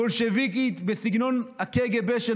בולשביקית, בסגנון הקג"ב של